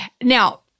Now